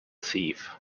thief